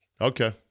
Okay